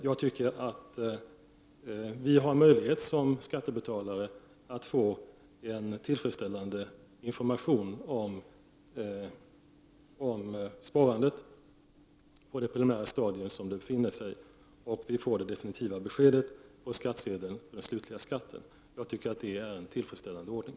Jag tycker att vi som skattebetalare har möjlighet att få en tillfredsställande information om sparandet på det preliminära stadium som det befinner sig i, och vi får det definitiva beskedet på skattsedeln för den slutliga skatten. Detta tycker jag är en tillfredsställande ordning.